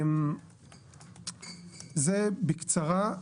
זה בקצרה.